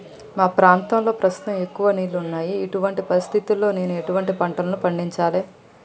మా ప్రాంతంలో ప్రస్తుతం ఎక్కువ నీళ్లు ఉన్నాయి, ఇటువంటి పరిస్థితిలో నేను ఎటువంటి పంటలను పండించాలే?